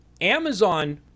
Amazon